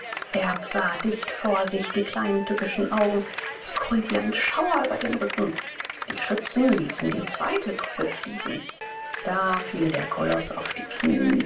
erb sah dicht vor sich die kleinen tückischen augen es kroch ihm ein schauer über den rücken die schützen ließen die zweite kugel fliegen da fiel der koloß auf die knie